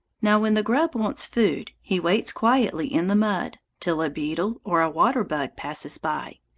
now when the grub wants food, he waits quietly in the mud, till a beetle or a water-bug passes by.